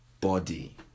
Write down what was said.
body